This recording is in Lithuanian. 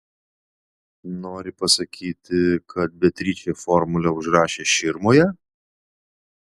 nori pasakyti kad beatričė formulę užrašė širmoje